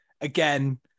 again